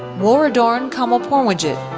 woradorn kamolpornwijit,